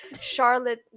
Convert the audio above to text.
Charlotte